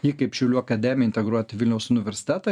jį kaip šiaulių akademiją integruot į vilniaus universitetą